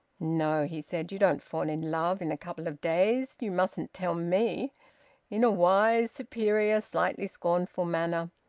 no, he said, you don't fall in love in a couple of days. you mustn't tell me in a wise, superior, slightly scornful manner.